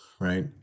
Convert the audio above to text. right